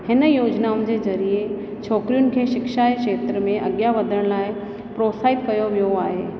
हिन योजनाऊं जे ज़रिए छोकिरियुनि खे शिक्षा ये खेत्र में अॻियां वधण लाइ प्रोत्साहित कयो वियो आहे